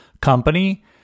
company